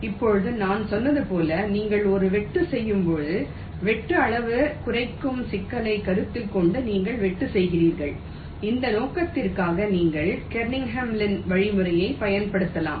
இப்போது நான் சொன்னது போல் நீங்கள் ஒரு வெட்டு செய்யும்போது வெட்டு அளவு குறைக்கும் சிக்கலைக் கருத்தில் கொண்டு நீங்கள் வெட்டு செய்கிறீர்கள் இந்த நோக்கத்திற்காக நீங்கள் கெர்னிகன் லின் வழிமுறையைப் பயன்படுத்தலாம்